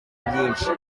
byinshi